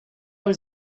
was